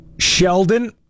Sheldon